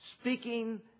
speaking